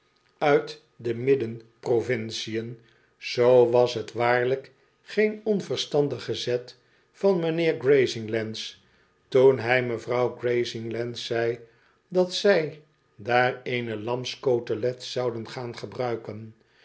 uit de midden provinciën zoo was het waarlijk geen onverstandige zet van mijnheer g razinglands toen hij mevrouw grazinglands zei dat zij daar eene lamscotelet zouden gaan gebruiken